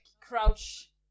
crouch